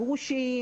גרושים,